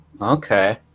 Okay